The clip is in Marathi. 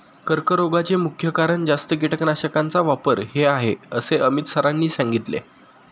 कर्करोगाचे मुख्य कारण जास्त कीटकनाशकांचा वापर हे आहे असे अमित सरांनी सांगितले